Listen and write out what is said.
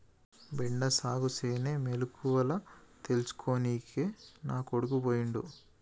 బెండ సాగుసేనే మెలకువల తెల్సుకోనికే నా కొడుకు పోయిండు